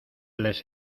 les